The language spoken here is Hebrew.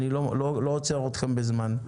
אני לא עוצר אתכם בזמן.